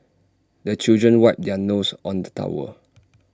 the children wipe their noses on the towel